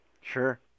Sure